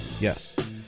Yes